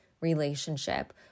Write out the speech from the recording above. relationship